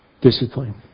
discipline